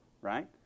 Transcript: right